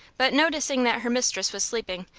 but noticing that her mistress was sleeping,